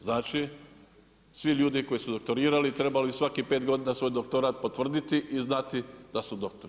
Znači, svi ljudi koji su doktorirali trebali bi svakih 5 godina svoj doktorat potvrditi i znati da su doktori.